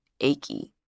achy